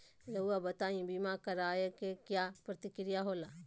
रहुआ बताइं बीमा कराए के क्या प्रक्रिया होला?